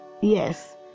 yes